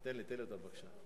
תן לי אותם בבקשה.